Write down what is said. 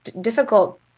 difficult